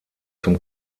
zum